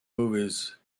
movies